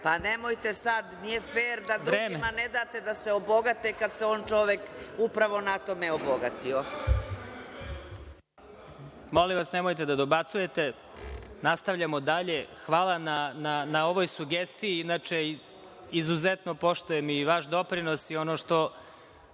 pa nemojte sad, nije fer da drugima ne date da se obogate, kada se on čovek upravo na tome obogatio. **Vladimir Marinković** Molim vas, nemojte da dobacujete. Nastavljamo dalje. Hvala na ovoj sugestiji. Inače, izuzetno poštujem i vaš doprinos i ono što